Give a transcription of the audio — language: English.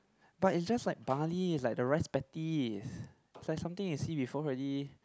but it's just like bali it's like the rice paddies it's like something you see before already